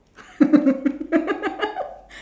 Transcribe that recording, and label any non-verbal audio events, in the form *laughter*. *laughs*